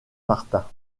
martin